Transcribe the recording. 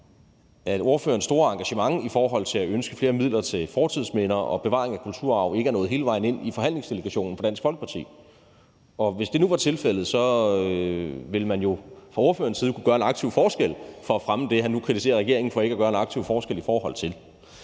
at spørgerens store engagement i forhold til at ønske flere midler til fortidsminder og til bevaringen af kulturarv ikke er nået hele vejen ind til forhandlingsdelegationen fra Dansk Folkeparti. Og hvis det nu var tilfældet, ville man jo fra spørgerens side kunne gøre en aktiv forskel for at fremme det, som han nu kritiserer regeringen for ikke at gøre en aktiv forskel i forhold til.